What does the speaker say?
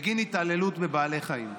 בגין התעללות בבעלי חיים.